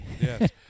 Yes